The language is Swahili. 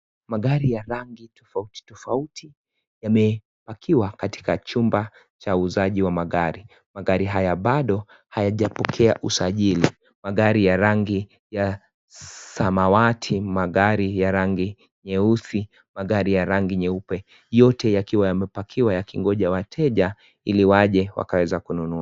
Magari ya rangi tofautitofauti yamepakiwa katika chumba cha uuzaji wa magari. Magari haya bado ayajapokea usajili. Magari ya rangi ya samawati, magari ya rangi nyeusi, magari ya rangi nyeupe. Yote yakiwa yamepakiwa yakingoja wateja ili waje wakaweza kununua.